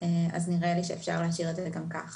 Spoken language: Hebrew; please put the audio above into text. אז נראה לי שאפשר להשאיר את זה גם כך.